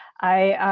i